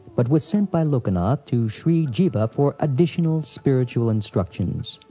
but was sent by lokanath to shri jiva for additional spiritual instructions.